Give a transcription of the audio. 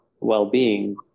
well-being